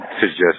suggest